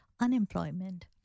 unemployment